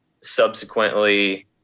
subsequently